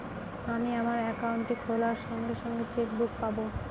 আমি আমার একাউন্টটি খোলার সঙ্গে সঙ্গে চেক বুক পাবো?